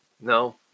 no